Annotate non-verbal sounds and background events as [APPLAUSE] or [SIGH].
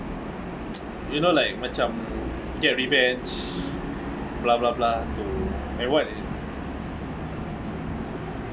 [NOISE] you know like macam get revenge blah blah blah to and what if